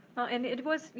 and it was,